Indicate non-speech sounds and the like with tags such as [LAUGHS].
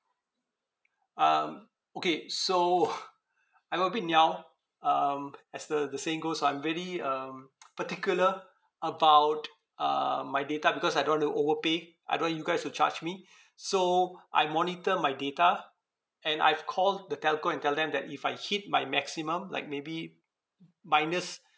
um okay so [LAUGHS] I'm a bit niao um as the the saying goes so I'm really um [NOISE] particular about uh my data because I don't want to overpay I don't want you guys to charge me so I monitor my data and I've called the telco and tell them that if I hit my maximum like maybe minus